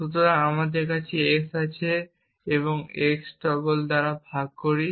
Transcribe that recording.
সুতরাং আমাদের কাছে x আছে এবং এটিকে x দ্বারা ভাগ করি